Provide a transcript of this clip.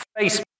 Facebook